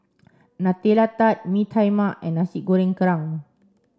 Nutella Tart Mee Tai Mak and Nasi Goreng Kerang